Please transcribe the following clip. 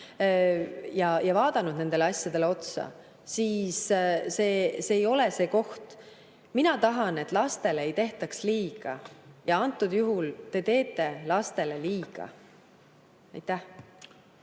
ja vaadanud nendele asjadele otsa – see ei ole see koht. Mina tahan, et lastele ei tehtaks liiga, ja antud juhul te teete lastele liiga.